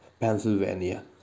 Pennsylvania